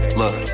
look